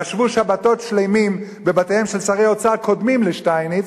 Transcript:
ישבו שבתות שלמות בבתיהם של שרי אוצר קודמים לשטייניץ,